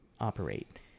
operate